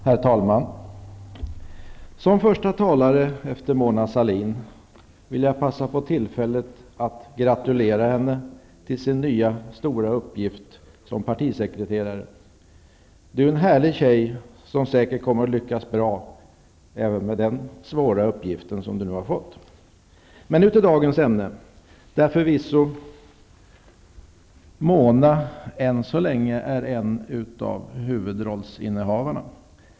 Herr talman! Som första talare efter Mona Sahlin vill jag passa på tillfället att gratulera henne till hennes nya stora uppgift som partisekreterare: Hon är en härlig tjej, som säkert kommer att lyckas även med den svåra uppgift som hon nu har fått! Men nu till dagens ämne, där Mona Sahlin än så länge förvisso är en av huvudrollsinnehavarna.